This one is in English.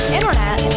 internet